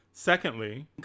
Secondly